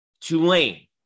Tulane